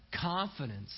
confidence